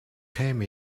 came